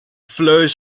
flows